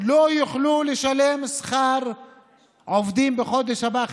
לא יוכלו לשלם שכר לעובדים בחודש הבא.